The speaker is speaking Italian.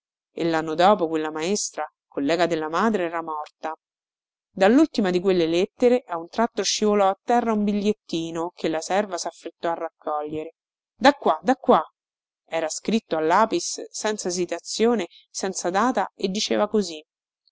e lanno dopo quella maestra collega della madre era morta dallultima di quelle lettere a un tratto scivolò a terra un bigliettino che la serva saffrettò a raccogliere da qua da qua era scritto a lapis senza intestazione senza data e diceva così